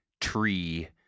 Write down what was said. tree